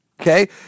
Okay